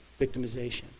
victimization